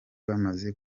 bamaze